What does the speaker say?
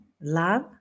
love